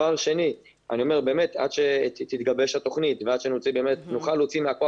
עד שתתגבש התוכנית ועד שנוכל להוציא מהכוח